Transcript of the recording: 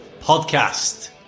podcast